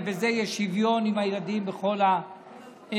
ובזה יהיה שוויון עם הילדים בכל החינוך